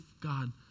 God